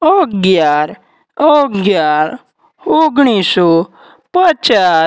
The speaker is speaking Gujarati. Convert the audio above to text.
અગિયાર અગિયાર ઓગણીસો પચાસ ચાર બાર ઓગણીસો નેવ્યાસી પચીસ નવ ઓગણીસો ઈઠ્યાસી ચાર ચાર ઓગણીસો ચુંમાળીસ